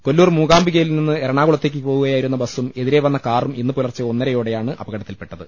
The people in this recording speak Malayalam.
കൊല്ലൂർ മൂകാംബികയിൽ നിന്ന് എറണാ കുളത്തേക്ക് പോവുകയായിരുന്ന ബസും എതിരെ വന്ന കാറും ഇന്ന് പുലർച്ചെ ഒന്നരയോടെയാണ് അപകട ത്തിൽപ്പെട്ടത്